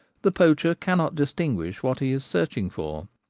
the poacher cannot distinguish what he is searching for.